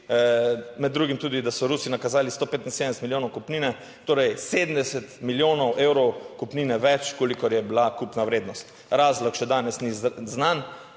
med drugim tudi, da so Rusi nakazali 175 milijonov kupnine, torej 70 milijonov evrov kupnine več, kolikor je bila kupna vrednost - razlog še danes ni znan.